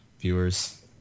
viewers